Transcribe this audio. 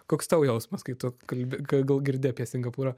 koks tau jausmas kai tu kalbi g gal girdi apie singapūrą